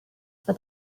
for